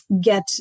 get